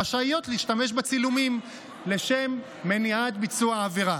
רשאיות להשתמש בצילומים לשם מניעת ביצוע עבירה,